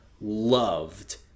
loved